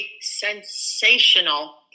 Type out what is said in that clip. sensational